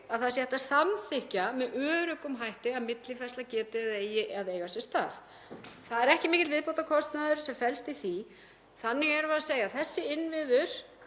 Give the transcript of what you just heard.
að það sé hægt að samþykkja með öruggum hætti að millifærsla eigi að eiga sér stað. Það er ekki mikill viðbótarkostnaður sem felst í því. Þannig erum við að segja að þessir innviðir